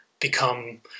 become